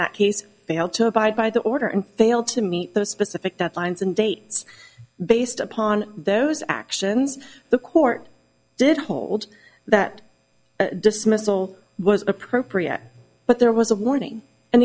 that case failed to abide by the order and failed to meet those specific deadlines and dates based upon those actions the court did hold that dismissal was appropriate but there was a warning and